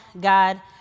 God